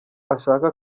ashaka